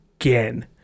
again